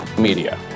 Media